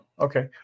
okay